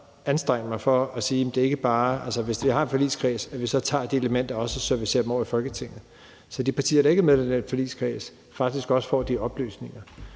anstrenge mig meget for, at hvis vi har en forligskreds, tager vi også de elementer og sender dem over i Folketinget, så de partier, der ikke er medlemmer af den forligskreds, faktisk også får de oplysninger.